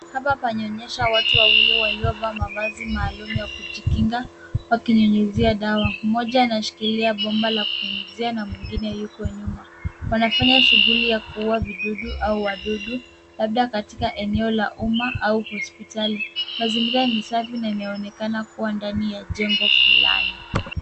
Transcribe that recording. Hapa panaonyesha watu wawili waliovaa mavazi maalum ya kujikinga wakinyunyuzia dawa. Mmoja anashikilia bomba la kunyunyuzia na mwingine yuko nyuma. Wanafanya shughuli ya kuua vidudu au wadudu labda katika eneo la umma au hospitali. Mazingira ni safi na inaonekana kuwa ndani ya jengo fulani.